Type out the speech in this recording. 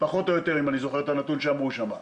פחות או יותר, שנאמרו שם.